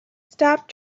stop